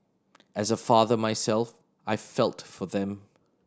as a father myself I felt for them